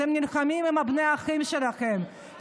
אתם נלחמים עם בני האחים שלכם,